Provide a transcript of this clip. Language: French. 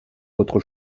votre